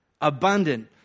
abundant